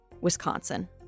Wisconsin